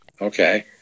Okay